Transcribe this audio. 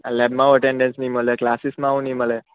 લેબમાં હવ અટેન્ડન્સ ની મલે ક્લાસિસમાં હવ ની મલે